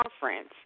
Conference